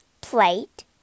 plate